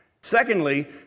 Secondly